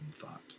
thought